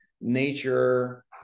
nature